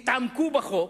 הם התעמקו בחוק,